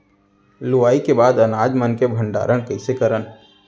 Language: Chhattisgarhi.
लुवाई के बाद अनाज मन के भंडारण कईसे करन?